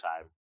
time